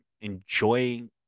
enjoying